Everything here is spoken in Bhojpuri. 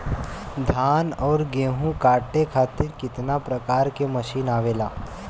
धान और गेहूँ कांटे खातीर कितना प्रकार के मशीन आवेला?